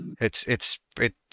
It's—it's—it